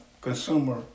consumer